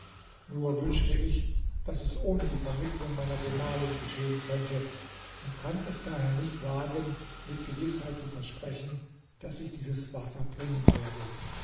nur wünschte ich daß es ohne die vermittlung meiner gemahlin geschehen könnte und kann es daher nicht wagen mit gewißheit zu versprechen daß ich dieses wasser bringen werde